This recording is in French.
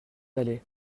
aller